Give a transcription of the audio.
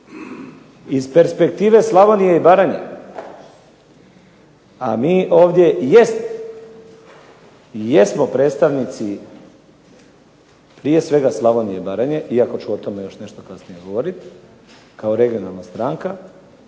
Iz perspektive Slavonije i Baranje, a mi ovdje jesmo predstavnici prije svega Slavonije i Baranje, iako ću o tome nešto kasnije govoriti kao regionalna stranka,